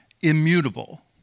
immutable